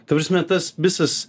ta prasme tas visas